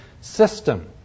system